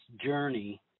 journey